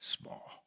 small